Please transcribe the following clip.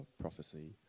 prophecy